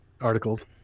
articles